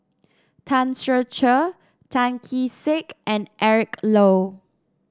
Tan Ser Cher Tan Kee Sek and Eric Low